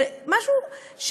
זה משהו,